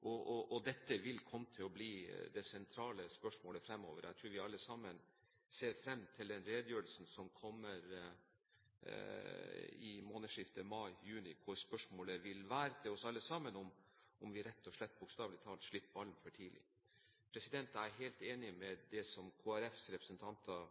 og vil komme til å bli det sentrale spørsmålet fremover. Jeg tror vi alle sammen ser frem til den redegjørelsen som kommer i månedsskiftet mai/juni, der spørsmålet til oss alle vil være om vi rett og slett, bokstavelig talt, slipper ballen for tidlig. Jeg er helt enig i det som Kristelig Folkepartis representanter